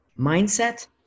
mindset